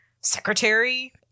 secretary